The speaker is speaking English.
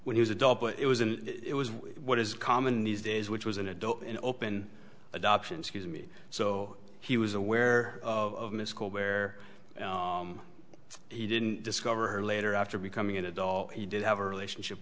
when he was adult but it was and it was what is common these days which was an adult and open adoption scuse me so he was aware of this call where he didn't discover her later after becoming an adult he did have a relationship